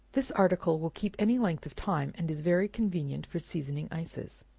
this article will keep any length of time, and is very convenient for seasoning ices.